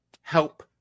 help